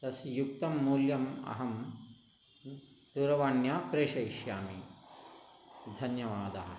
तस्य युक्तं मूल्यम् अहं दूरवाण्यां प्रेषयिष्यामि धन्यवादः